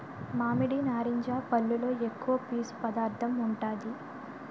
మామిడి, నారింజ పల్లులో ఎక్కువ పీసు పదార్థం ఉంటాది